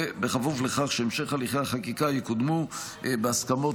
ובכפוף לכך שהמשך הליכי החקיקה יקודמו בהסכמות